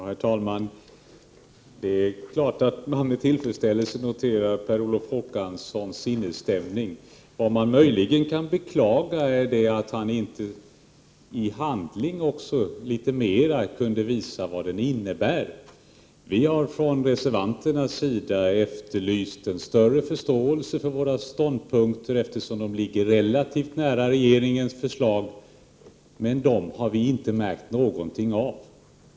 Herr talman! Det är klart att man med tillfredsställelse noterar Per Olof Håkanssons sinnesstämning. Vad man möjligen kan beklaga är att han inte också i handling litet mera kunde visa vad den innebär. Vi har från reservanternas sida efterlyst en större förståelse för våra ståndpunkter, eftersom de ligger relativt nära regeringens förslag, men det har vi inte märkt någonting av.